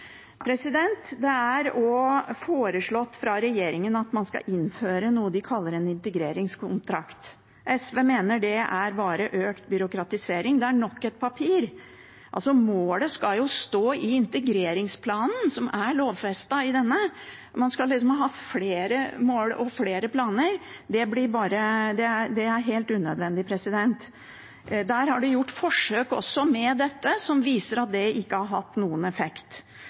integreringskontrakt. SV mener det er bare økt byråkratisering. Det er nok et papir. Målet skal jo stå i integreringsplanen, noe som er lovfestet i Danmark. Man skal til og med ha flere mål og flere planer. Det er helt unødvendig. Der har de også gjort forsøk med dette som viser at det ikke har hatt noen effekt.